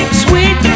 sweet